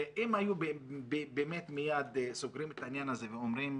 אם היו באמת מייד סוגרים את העניין הזה ואומרים,